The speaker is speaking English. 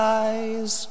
eyes